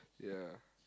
yeah